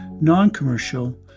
Non-Commercial